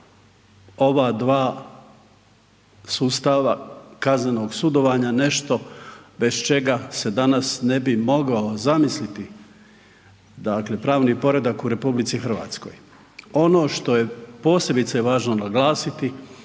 ova dva sustava kaznenog sudovanja nešto bez čega se danas ne bi mogao zamisliti dakle pravni poredak u RH. Ono što je posebice važno naglasiti